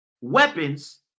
weapons